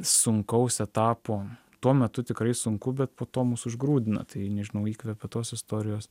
sunkaus etapo tuo metu tikrai sunku bet po to mus užgrūdina tai nežinau įkvepia tos istorijos